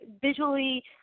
visually